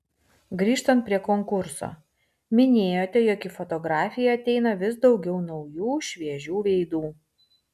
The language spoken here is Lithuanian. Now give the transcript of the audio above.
grįžtant prie konkurso minėjote jog į fotografiją ateina vis daugiau naujų šviežių veidų